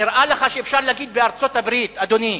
נראה לך שבארצות-הברית אפשר להגיד, אדוני,